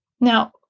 Now